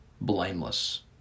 blameless